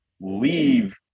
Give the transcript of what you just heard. leave